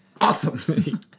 awesome